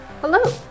Hello